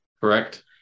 correct